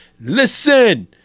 Listen